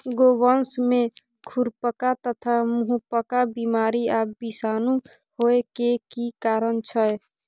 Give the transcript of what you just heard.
गोवंश में खुरपका तथा मुंहपका बीमारी आ विषाणु होय के की कारण छै?